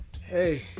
Hey